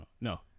no